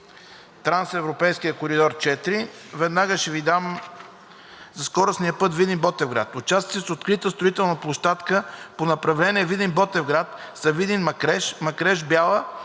трансевропейския коридор № IV. За скоростния път Видин – Ботевград. Участъци с открита строителна площадка по направление Видин – Ботевград, са Видин – Макреш, Макреш – Бяла